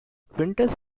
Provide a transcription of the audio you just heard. winters